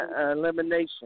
Elimination